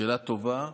שאלה טובה.